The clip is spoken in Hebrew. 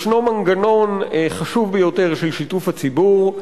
ישנו מנגנון חשוב ביותר של שיתוף הציבור.